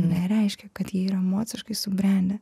nereiškia kad jie yra emociškai subrendę